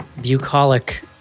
bucolic